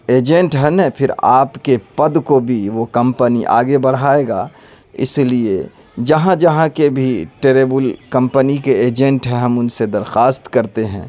agent ہے نا پھر آپ کے پد کو بھی وہ کمپنی آگے بڑھائے گا اس لیے جہاں جہاں کے بھی ٹریبل کمپنی کے ایجنٹ ہیں ہم ان سے درخواست کرتے ہیں